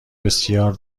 بسیار